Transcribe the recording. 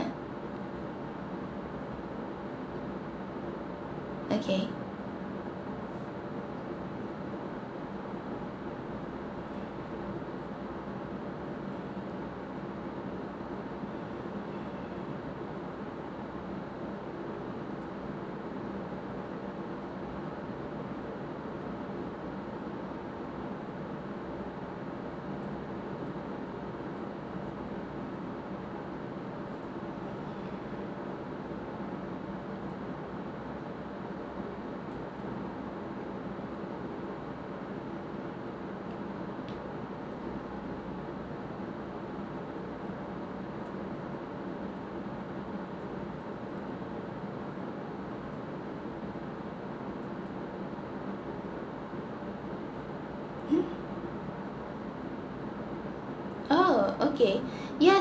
okay hmm oh okay ya